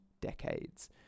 decades